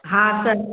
हा सभ